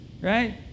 right